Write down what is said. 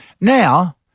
Now